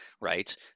right